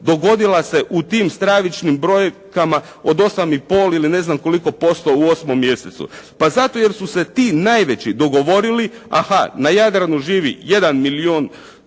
dogodila se u tim stravičnim brojkama od 8,5 ili ne znam koliko posto u 8. mjesecu? Pa zato jer su se ti najveći dogovorili, na Jadranu živi jedan